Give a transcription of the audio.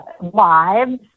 lives